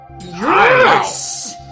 Yes